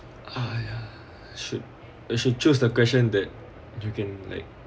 ah ya should you should choose the question that you can like